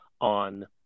on